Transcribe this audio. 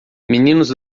meninos